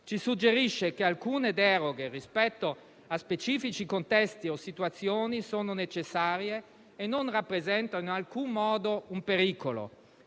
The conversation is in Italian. ci suggerisce che alcune deroghe rispetto a specifici contesti o situazioni sono necessarie e non rappresentano in alcun modo un pericolo.